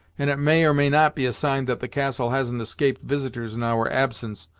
and it may or may not be a sign that the castle hasn't escaped visitors in our absence.